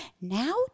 Now